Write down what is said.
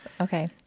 Okay